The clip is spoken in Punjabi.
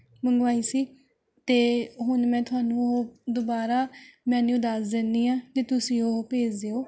ਮੰਗਵਾਈ ਸੀ ਅਤੇ ਹੁਣ ਮੈਂ ਤੁਹਾਨੂੰ ਉਹ ਦੁਬਾਰਾ ਮੈਨਿਊ ਦੱਸ ਦਿੰਦੀ ਹਾਂ ਅਤੇ ਤੁਸੀਂ ਉਹ ਭੇਜ ਦਿਉ